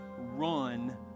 run